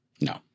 No